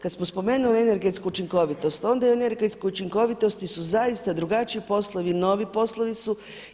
Kada smo spomenuli energetsku učinkovitost, onda u energetskoj učinkovitosti su zaista drugačiji poslovi, novi poslovi su.